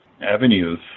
avenues